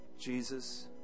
Jesus